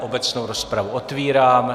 Obecnou rozpravu otevírám.